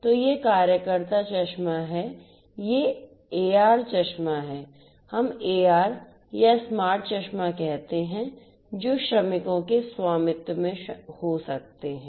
तो ये कार्यकर्ता चश्मा हैं ये AR चश्मा हैं हम AR या स्मार्ट चश्मा कहते हैं जो श्रमिकों के स्वामित्व में हो सकते हैं